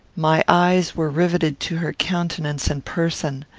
my eyes were riveted to her countenance and person.